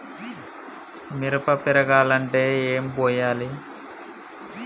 మిరప పెరగాలంటే ఏం పోయాలి?